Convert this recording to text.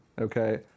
Okay